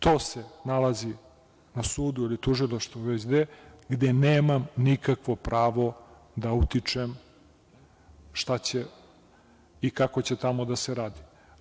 To se nalazi na sudu ili tužilaštvu, gde nemam nikakvo pravo da utičem šta će i kako će tamo da se radi.